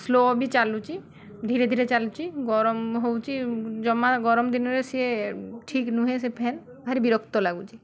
slow ବି ଚାଲୁଛି ଧୀରେ ଧୀରେ ଚାଲୁଛି ଗରମ ହେଉଛି ଜମା ଗରମ ଦିନରେ ସିଏ ଠିକ୍ ନୁହେଁ ସେ ଫ୍ୟାନ୍ ଭାରି ବିରକ୍ତ ଲାଗୁଛି